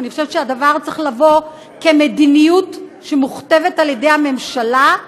אני חושבת שהדבר צריך לבוא כמדיניות שמוכתבת על ידי הממשלה,